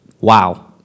wow